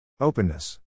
Openness